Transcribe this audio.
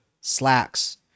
slacks